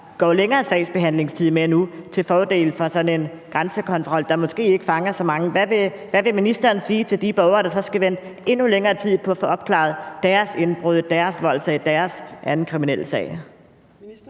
går længere sagsbehandlingstid med nu, til fordel for sådan en grænsekontrol, der måske ikke fanger så mange. Hvad vil ministeren sige til de borgere, der så skal vente endnu længere tid på at få opklaret deres indbrudssag, deres voldssag eller deres andre kriminalsager?